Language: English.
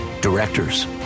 directors